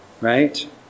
Right